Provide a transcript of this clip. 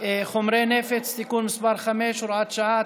חומרי נפץ (תיקון מס' 5 והוראת שעה),